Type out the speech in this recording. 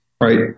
right